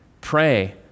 Pray